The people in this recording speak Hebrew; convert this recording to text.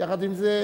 יחד עם זה,